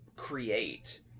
Create